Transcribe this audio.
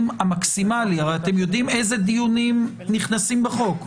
המקסימלי אתם יודעים איזה דיונים נכנסים בחוק.